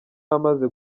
amaze